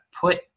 put